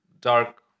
dark